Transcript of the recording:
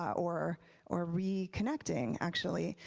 or or reconnecting actually.